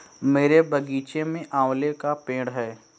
मेरे बगीचे में आंवले का पेड़ है